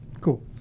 cool